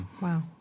Wow